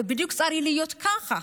זה צריך להיות בדיוק ככה.